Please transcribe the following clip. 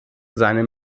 seine